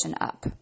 up